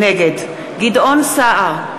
נגד גדעון סער,